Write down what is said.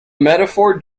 metaphor